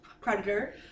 predator